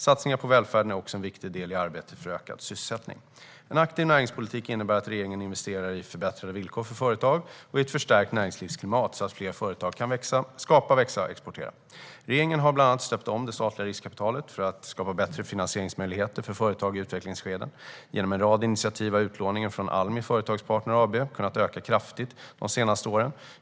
Satsningar på välfärden är också en viktig del i arbetet för ökad sysselsättning. En aktiv näringspolitik innebär att regeringen investerar i förbättrade villkor för företag och i ett förstärkt näringslivsklimat, så att fler företag kan skapa, växa och exportera. Regeringen har bland annat stöpt om det statliga riskkapitalet för att skapa bättre finansieringsmöjligheter för företag i utvecklingsskeden. Genom en rad initiativ har utlåningen från Almi Företagspartner AB kunnat öka kraftigt under de senaste åren.